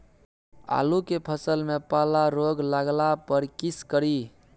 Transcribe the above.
आलू के फसल मे पाला रोग लागला पर कीशकरि?